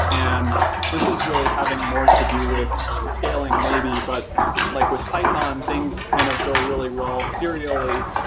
and this is really having more to do with scaling, maybe. but like with python, things kind of go really well serially,